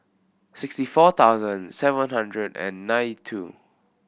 sixty four thousand seven hundred and nine two